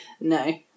No